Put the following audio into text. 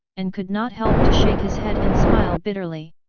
and could not help to shake his head and smile bitterly.